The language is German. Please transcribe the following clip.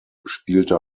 spielte